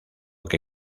que